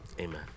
Amen